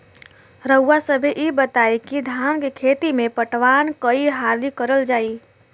रउवा सभे इ बताईं की धान के खेती में पटवान कई हाली करल जाई?